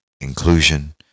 inclusion